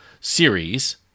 series